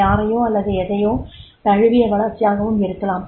யாரையோ அல்லது எதையோ தழுவிய வளர்ச்சியாகவும் இருக்கலாம்